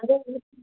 ꯑꯗꯣ